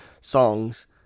songs